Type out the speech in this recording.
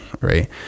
right